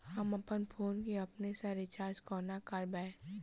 हम अप्पन फोन केँ अपने सँ रिचार्ज कोना करबै?